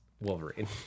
Wolverine